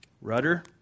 rudder